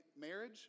marriage